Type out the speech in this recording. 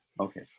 Okay